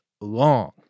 long